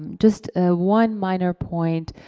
just one minor point,